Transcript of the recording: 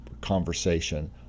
conversation